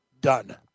Done